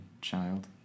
child